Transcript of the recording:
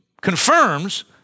confirms